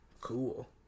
cool